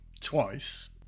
twice